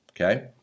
okay